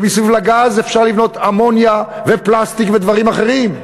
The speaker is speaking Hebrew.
שמסביב לגז אפשר לבנות אמוניה ופלסטיק ודברים אחרים.